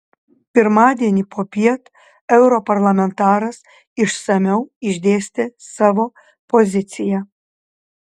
pirmadienį popiet europarlamentaras išsamiau išdėstė savo poziciją